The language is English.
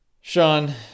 Sean